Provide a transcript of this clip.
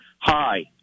Hi